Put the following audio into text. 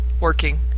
working